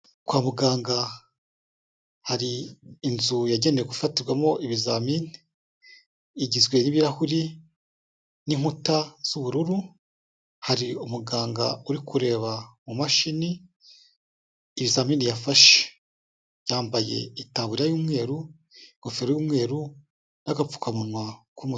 Kwa muganga hari inzu yagenewe gufatirwamo ibizamini, igizwe n'ibirahuri n'inkuta z'ubururu, hari umuganga uri kureba mu mashini ibizamini yafashe, yambaye itaburiya y'umweru, ingofero y'umweru, n'agapfukamunwa k'umu...